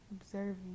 observing